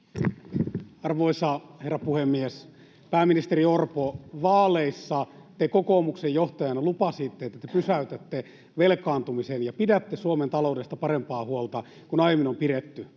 Arvoisa herra puhemies! Pääministeri Orpo, vaaleissa te kokoomuksen johtajana lupasitte, että te pysäytätte velkaantumisen ja pidätte Suomen taloudesta parempaa huolta kuin aiemmin on pidetty.